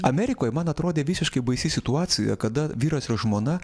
amerikoj man atrodė visiškai baisi situacija kada vyras ir žmona